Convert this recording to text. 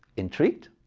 intrigued?